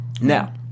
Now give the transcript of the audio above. Now